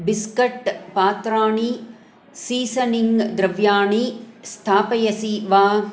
biscuit पात्राणि seasoning द्रव्याणि स्थापयसि वा